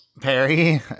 Perry